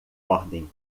ordem